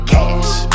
Cash